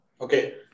Okay